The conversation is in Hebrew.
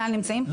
נמצאים פה?